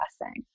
blessing